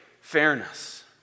fairness